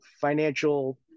financial